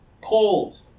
cold